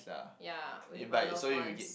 ya with my loved ones